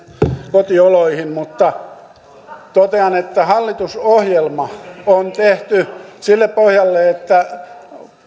kotioloihin mutta totean että hallitusohjelma on tehty sille pohjalle että